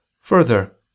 Further